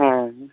ᱦᱮᱸ